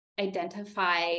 identify